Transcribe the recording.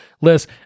Liz